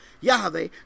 Yahweh